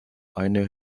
eine